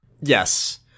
Yes